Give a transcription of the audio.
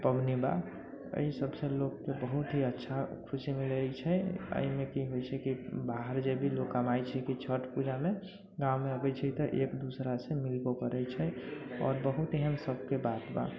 पबनी बा एहिसभसँ लोककेँ बहुत ही अच्छा खुशी मिलै छै एहिमे की होइ छै कि बाहर जे भी लोक कमाइ छै कि छठि पूजामे गाममे अबै छै तऽ एकदोसरासँ मिलबो करै छै आओर बहुत एहन सभके बात बा